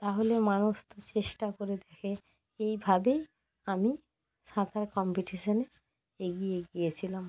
তাহলে মানুষ তো চেষ্টা করে দেখে এইভাবেই আমি সাঁতার কম্পিটিশানে এগিয়ে গিয়েছিলাম